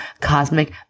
cosmic